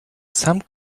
some